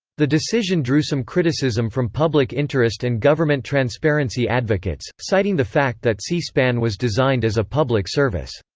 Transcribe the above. the decision drew some criticism from public interest and government transparency advocates, citing the fact that c-span was designed as a public service.